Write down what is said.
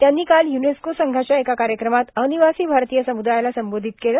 त्यांनी काल युनेस्को संघाच्या एका कायक्रमात र्आनवासी भारतीय समुदायाला संबोधित केलं